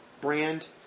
brand